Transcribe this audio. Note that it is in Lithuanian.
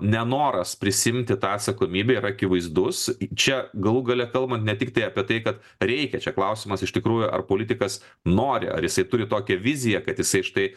nenoras prisiimti tą atsakomybę yra akivaizdus čia galų gale kalbant ne tiktai apie tai kad reikia čia klausimas iš tikrųjų ar politikas nori ar jisai turi tokią viziją kad jisai štai